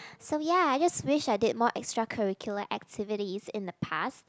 so ya I just wish I did more extra curriculum activities in the past